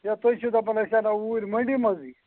یا تُہۍ چھُو دَپَان أسۍ اَنَو اوٗرۍ مٔنٛڈی منٛزٕے